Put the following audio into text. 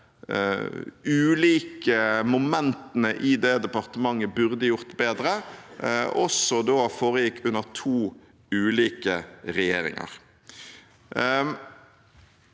ulike momentene i det departementet burde gjort bedre, foregikk også under to ulike regjeringer.